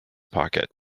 pocket